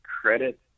credit